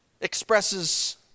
expresses